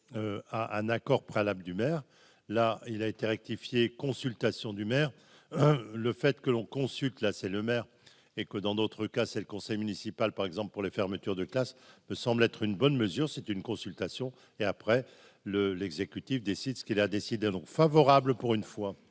à un accord préalable du maire, là, il a été rectifiée consultation du maire, le fait que l'on consulte la c'est Lemaire et que dans d'autres cas, c'est le conseil municipal, par exemple pour les fermetures de classes, me semble être une bonne mesure, c'est une consultation et après le l'exécutif décide ce qu'il a décidé donc favorable pour une fois.